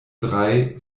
drei